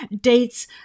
dates